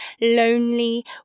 lonely